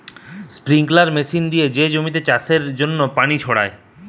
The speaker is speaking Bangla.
স্প্রিঙ্কলার মেশিন দিয়ে যে জমিতে চাষের লিগে পানি ছড়ায়